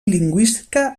lingüística